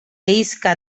isca